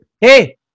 Hey